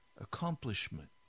accomplishment